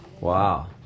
Wow